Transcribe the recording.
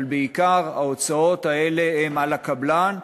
אבל בעיקר ההוצאות האלה הן על הקבלן,